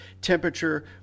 temperature